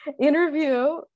interview